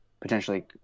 potentially